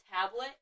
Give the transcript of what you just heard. tablet